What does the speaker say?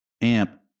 amp